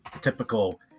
typical